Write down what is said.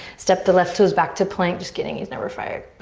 step the left toes back to plank. just kidding, he's never fired.